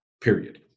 Period